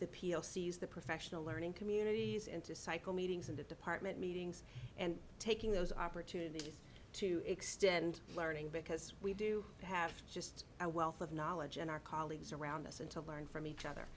the peel sees the professional learning communities into cycle meetings and the department meetings and taking those opportunities to extend learning because we do have just a wealth of knowledge and our colleagues around us and to learn from each other